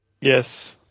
Yes